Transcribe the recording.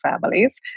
families